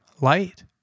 light